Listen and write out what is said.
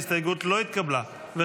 ההסתייגות לא התקבלה.